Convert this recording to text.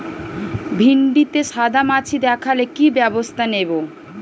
ভিন্ডিতে সাদা মাছি দেখালে কি ব্যবস্থা নেবো?